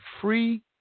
free